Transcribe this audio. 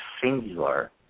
singular